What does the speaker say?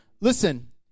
Listen